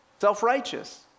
self-righteous